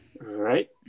Right